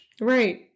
Right